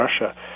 Russia